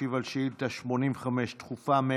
השר ישיב על שאילתה דחופה מס' 85,